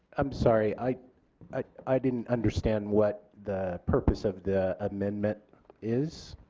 am sorry i ah i didn't understand what the purpose of the amendment is.